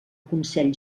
consell